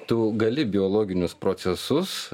tu gali biologinius procesus